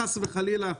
חס וחלילה,